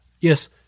yes